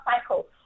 cycle